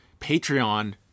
Patreon